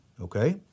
okay